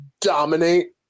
dominate